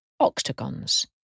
octagons